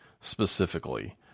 specifically